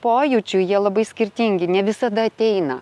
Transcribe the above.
pojūčių jie labai skirtingi ne visada ateina